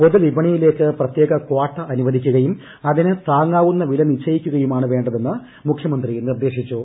പൊതുവിപണിയിലേക്ക് പ്രത്യേക കാട്ട അനുവദിക്കുകയും അതിന് താങ്ങാവുന്ന വില നിശ്ചയിക്കുകയുമാണ് വേണ്ടതെന്ന് മുഖ്യമന്ത്രി നിർദ്ദേശിച്ചു